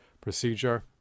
procedure